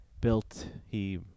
built—he